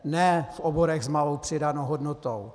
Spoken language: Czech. Ne v oborech s malou přidanou hodnotou.